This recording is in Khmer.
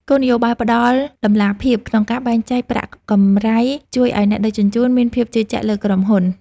គោលនយោបាយផ្ដល់តម្លាភាពក្នុងការបែងចែកប្រាក់កម្រៃជួយឱ្យអ្នកដឹកជញ្ជូនមានភាពជឿជាក់លើក្រុមហ៊ុន។